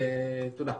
תודה.